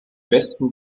westen